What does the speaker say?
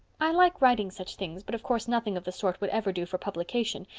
i like writing such things, but of course nothing of the sort would ever do for publication,